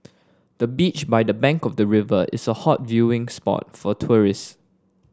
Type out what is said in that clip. the beach by the bank of the river is a hot viewing spot for tourists